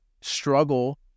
struggle